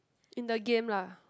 in the game lah